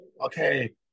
Okay